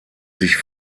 sich